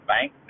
Bank